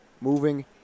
moving